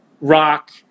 rock